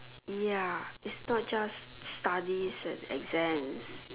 ya it's not just studies and exam